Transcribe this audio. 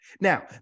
Now